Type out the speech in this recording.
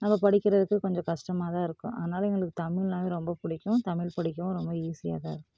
அதை படிக்கிறதுக்கு கொஞ்சம் கஷ்டமாகதான் இருக்கும் அதனால் எங்களுக்கு தமிழ்னாகவே ரொம்ப பிடிக்கும் தமிழ் பிடிக்கும் ரொம்ப ஈஸியாகதான் இருக்கு